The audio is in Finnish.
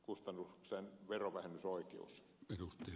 arvoisa herra puhemies